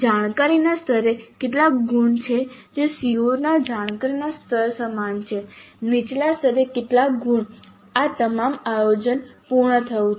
જાણકારીના સ્તરે કેટલા ગુણ જે CO ના જાણકારીના સ્તર સમાન છે નીચલા સ્તરે કેટલા ગુણ આ તમામ આયોજન પૂર્ણ થયું છે